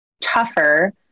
tougher